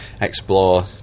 explore